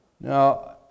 Now